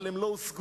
אבל הם לא הושגו.